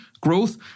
growth